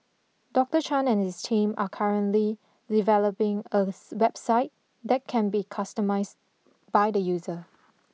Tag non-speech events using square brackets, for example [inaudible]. Doctor Chan and his team are currently developing a [unintelligible] website that can be customised by the user